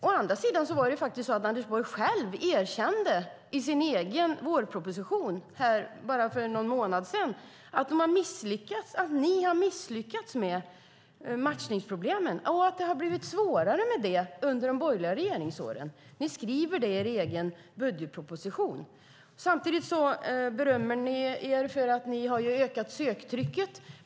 Å andra sidan var det faktiskt så att Anders Borg själv, i sin egen vårproposition för bara någon månad sedan, erkände att de har misslyckats med matchningsproblemen och att det har blivit svårare med det under de borgerliga regeringsåren. Ni skriver det i er egen budgetproposition. Samtidigt berömmer ni er för att ha ökat söktrycket.